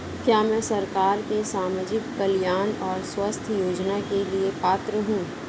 क्या मैं सरकार के सामाजिक कल्याण और स्वास्थ्य योजना के लिए पात्र हूं?